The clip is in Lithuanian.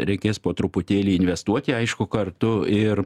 reikės po truputėlį investuoti aišku kartu ir